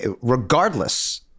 regardless